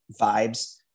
vibes